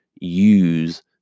use